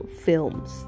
Films